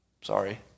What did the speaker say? Sorry